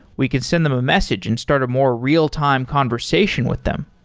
we could send them a message and start a more real-time conversation with them.